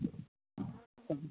कथी